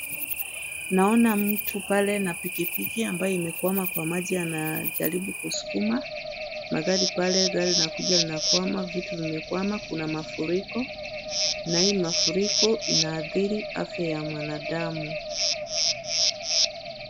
Naona mtu pale na pikipiki amayo imekwama kwa maji anajaribu kusukuma. Magari pale, gari linakuja linakwama vitu vimekwama kuna mafuriko. Na hii mafuriko inaathiri afya ya mwanadamu.